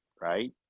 right